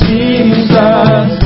Jesus